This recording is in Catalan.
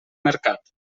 mercat